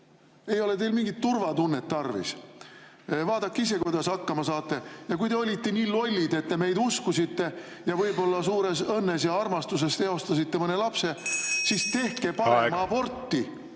ei ole teil mingit turvatunnet tarvis. Vaadake ise, kuidas hakkama saate. Ja kui te olite nii lollid, et te meid uskusite ja võib-olla suures õnnes ja armastuses eostasite mõne lapse … Aitäh! Lugu on